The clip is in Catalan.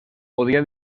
podia